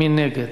מי נגד?